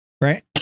Right